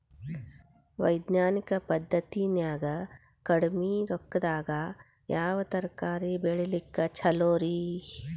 ವೈಜ್ಞಾನಿಕ ಪದ್ಧತಿನ್ಯಾಗ ಕಡಿಮಿ ರೊಕ್ಕದಾಗಾ ಯಾವ ತರಕಾರಿ ಬೆಳಿಲಿಕ್ಕ ಛಲೋರಿ?